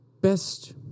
best